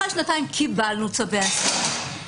אחרי שנתיים קיבלנו צווי הסרה.